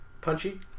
Punchy